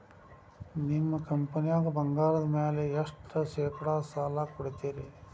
ನಿಮ್ಮ ಕಂಪನ್ಯಾಗ ಬಂಗಾರದ ಮ್ಯಾಲೆ ಎಷ್ಟ ಶೇಕಡಾ ಸಾಲ ಕೊಡ್ತಿರಿ?